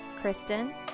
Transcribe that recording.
Kristen